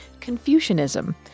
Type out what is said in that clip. Confucianism